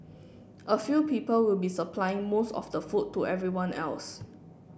a few people will be supplying most of the food to everyone else